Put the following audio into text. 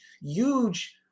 huge